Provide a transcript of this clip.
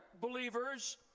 believers